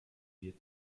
wird